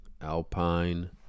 Alpine